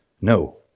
No